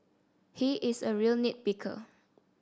he is a real nit picker